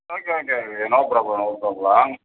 okay okay okay no problem no problem